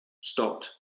stopped